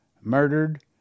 murdered